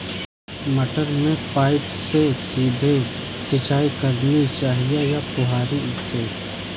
मटर में पाइप से सीधे सिंचाई करनी चाहिए या फुहरी से?